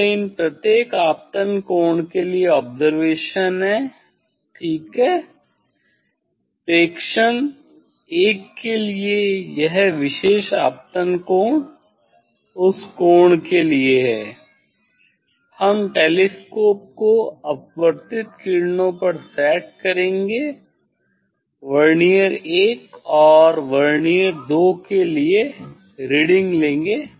यह इन प्रत्येक आपतन कोण के लिए ऑब्जरवेशन है ठीक है प्रेक्षण 1 के लिए यह विशेष आपतन कोण उस कोण के लिए है हम टेलीस्कोप को अपवर्तित किरणों पर सेट करेंगे वर्नियर I और वर्नियर II के लिए रीडिंग लेंगे